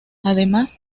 además